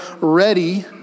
ready